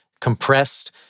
compressed